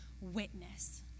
witness